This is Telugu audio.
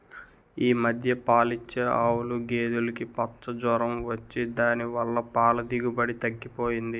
ఈ మధ్య పాలిచ్చే ఆవులు, గేదులుకి పచ్చ జొరం వచ్చి దాని వల్ల పాల దిగుబడి తగ్గిపోయింది